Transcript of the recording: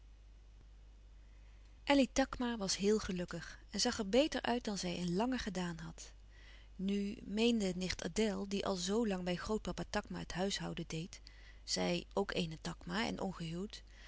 elly takma was heel gelukkig en zag er beter uit dan zij in lange gedaan had nu meende nicht adèle die al zoo lang bij grootpapa takma het huishouden deed zij ook eene takma en ongehuwd